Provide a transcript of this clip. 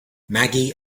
maggie